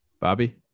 Bobby